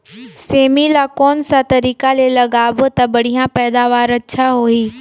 सेमी ला कोन सा तरीका ले लगाबो ता बढ़िया पैदावार अच्छा होही?